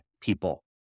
people